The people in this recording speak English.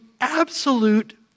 absolute